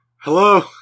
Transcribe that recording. Hello